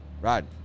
Rod